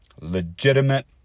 legitimate